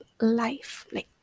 life—like